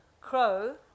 Crow